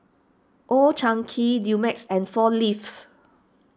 Old Chang Kee Dumex and four Leaves